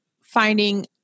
finding